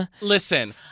Listen